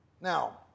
Now